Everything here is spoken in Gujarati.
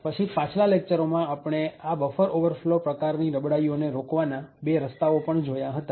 પછી પાછલા લેકચરોમાં આપણે આ બફર ઓવરફલો પ્રકારની નબળાઈઓને રોકવાના બે રસ્તાઓ પણ જોયા હતા